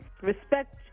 respect